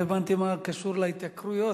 לא הבנתי מה קשור להתייקרויות.